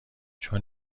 چون